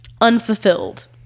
unfulfilled